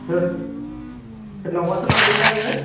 थोथ सोरनावबासो लांदोंदां नोङो